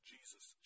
Jesus